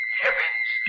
heavens